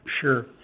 Sure